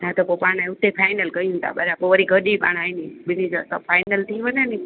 हा त पोइ पाण हुते फाइनल कयूं था बरा पोइ गॾु ई पाण आहिनि ॿिनिनि जा सभु फाइनल थी वञे